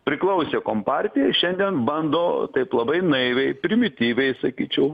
priklausė kompartijai šiandien bando taip labai naiviai primityviai sakyčiau